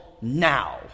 now